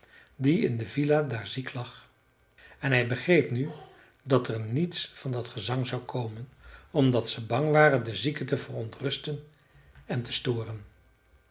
die in die villa daar ziek lag en hij begreep nu dat er niets van dat gezang zou komen omdat ze bang waren den zieke te verontrusten en te storen